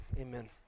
Amen